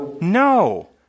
No